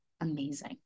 amazing